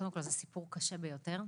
שזה קודם כל סיפור קשה ביותר,